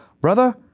brother